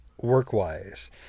work-wise